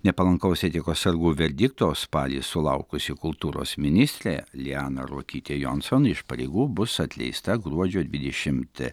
nepalankaus etikos sargų verdikto spalį sulaukusi kultūros ministrė liana ruokytė jonson iš pareigų bus atleista gruodžio dvidešimt